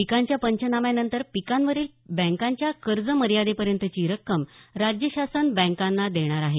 पिकांच्या पंचनाम्यानंतर पिकावरील बँकांच्या कर्ज मर्यादेपर्यंतची रक्कम राज्य शासन बँकांना देणार आहे